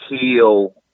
heal